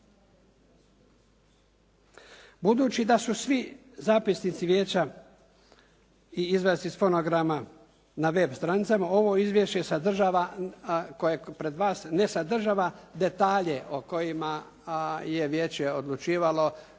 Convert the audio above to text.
Budući da su svi zapisnici vijeća i izvatci na web stranicama ovo izvješće sadržava koje pred vas ne sadržava detalje o kojima je vijeće odlučivalo,